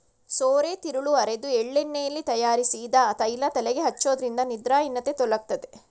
ಸೋರೆತಿರುಳು ಅರೆದು ಎಳ್ಳೆಣ್ಣೆಯಲ್ಲಿ ತಯಾರಿಸಿದ ತೈಲ ತಲೆಗೆ ಹಚ್ಚೋದ್ರಿಂದ ನಿದ್ರಾಹೀನತೆ ತೊಲಗ್ತದೆ